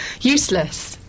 useless